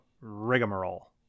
rigmarole